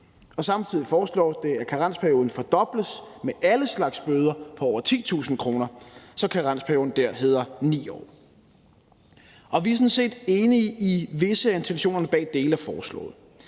Samtidig foreslås det, at karensperioden fordobles ved alle slags bøder på over 10.000 kr., så karensperioden der bliver på 9 år. Vi er sådan set enige i visse af intentionerne bag dele af forslaget.